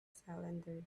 cylinder